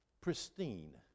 pristine